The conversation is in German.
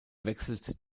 wechselt